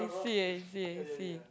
see I see I see